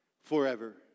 forever